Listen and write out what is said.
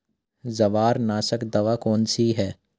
जवारनाशक दवा कौन सी है?